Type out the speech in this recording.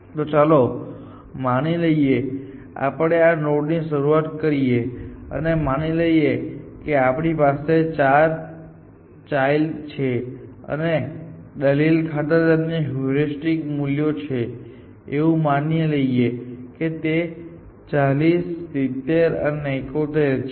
તો ચાલો માની લઈએ કે આપણે આ નોડ થી શરૂઆત કરીએ અને માની લઈએ કે આપણી પાસે આ 4 ચાઈલ્ડ છેઅને દલીલ ખાતર તેમના હ્યુરિસ્ટિક મૂલ્યો છેએવું માની લઈએ કે તે 40 70 અને 71 છે